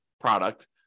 product